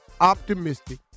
optimistic